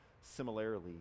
similarly